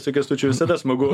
su kęstučiu visada smagu